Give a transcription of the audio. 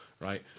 right